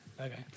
Okay